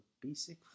basic